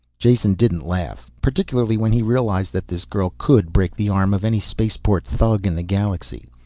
jason didn't laugh. particularly when he realized that this girl could break the arm of any spaceport thug in the galaxy.